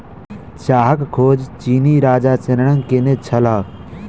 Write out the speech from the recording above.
चाहक खोज चीनी राजा शेन्नॉन्ग केने छलाह